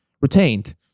retained